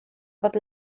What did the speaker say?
bat